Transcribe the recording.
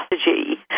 strategy